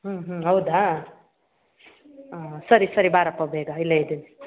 ಹ್ಞೂ ಹ್ಞೂ ಹೌದಾ ಸರಿ ಸರಿ ಬಾರಪ್ಪ ಬೇಗ ಇಲ್ಲೇ ಇದೀವಿ